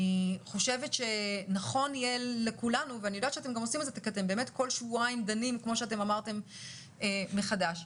כמו שאמרתם, בכל שבועיים אתם דנים מחדש.